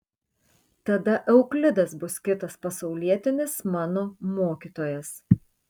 tada euklidas bus kitas pasaulietinis mano mokytojas